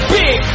big